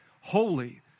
holy